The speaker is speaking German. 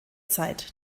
zeit